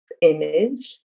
image